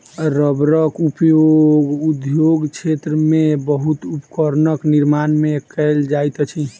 रबड़क उपयोग उद्योग क्षेत्र में बहुत उपकरणक निर्माण में कयल जाइत अछि